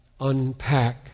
unpack